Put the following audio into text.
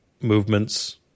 movements